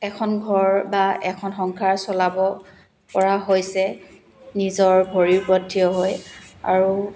এখন ঘৰ বা এখন সংসাৰ চলাব পৰা হৈছে নিজৰ ভৰিৰ ওপৰত থিয় হৈ আৰু